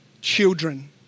children